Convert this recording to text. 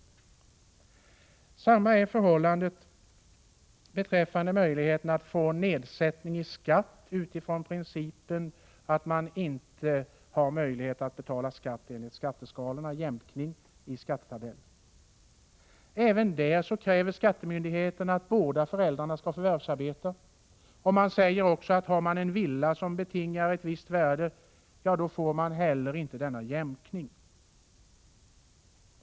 Detsamma är förhållandet med den ordning som innebär att det i vissa fall inte är möjligt att få nedsättning av skatten genom jämkning av den skatt som är angiven i skattetabell. Skattemyndigheterna kräver även i sådana fall att båda föräldrarna skall förvärvsarbeta. Jämkning medges inte heller i fall där skattebetalaren har en villa vars värde överstiger en viss gräns.